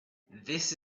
this